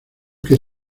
que